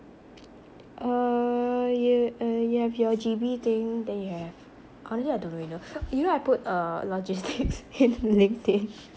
uh you uh you have your G_B thing then you have or is it I don't really know you know I put uh logistics into LinkedIn